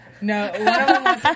No